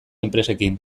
enpresekin